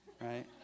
right